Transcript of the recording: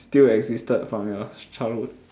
still existed from your childhood